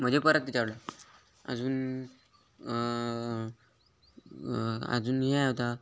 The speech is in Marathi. मग जे परत त्याच्यावर डाव अजून अजून हे य होता